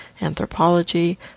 anthropology